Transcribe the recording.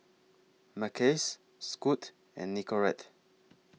Mackays Scoot and Nicorette